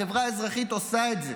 החברה האזרחית עושה את זה,